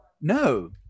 no